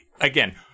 again